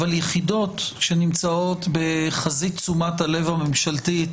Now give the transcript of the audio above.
אבל יחידות שנמצאות בחזית תשומת הלב הממשלתית,